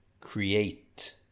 create